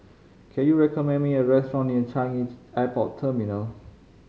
can you recommend me a restaurant near Changi Airport Terminal